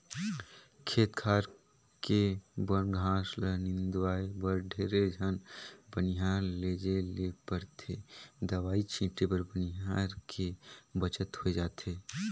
खेत खार के बन घास ल निंदवाय बर ढेरे झन बनिहार लेजे ले परथे दवई छीटे बर बनिहार के बचत होय जाथे